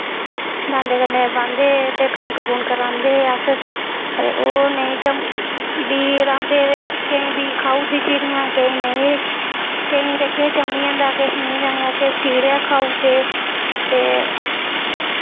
दांदें कन्नै बांह्दे ते कनक कुनक रांह्दे हे अस ते ओह् नेईं बीऽ रांह्दे ते केईं बीऽ खाऊड़दियां ही चिड़ियां केईं नेईं केईं ते केईं जम्मी जंदा किश नेईं जमदा किश कीड़े खाऊड़दे ते